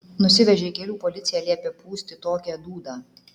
nusivežė į kelių policiją liepė pūsti tokią dūdą